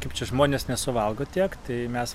kaip čia žmonės nesuvalgo tiek tai mes